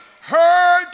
heard